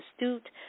astute